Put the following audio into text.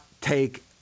take